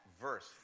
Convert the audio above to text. verse